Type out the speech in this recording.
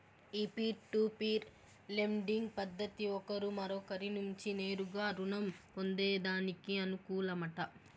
ఈ peer to peer lending పద్దతి ఒకరు మరొకరి నుంచి నేరుగా రుణం పొందేదానికి అనుకూలమట